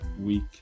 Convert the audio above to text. week